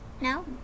No